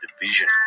division